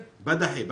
בדחי.